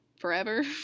forever